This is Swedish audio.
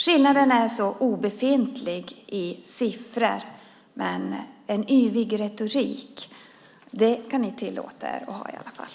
Skillnaden är obefintlig i siffror, men en yvig retorik kan ni tillåta er att ha i alla fall.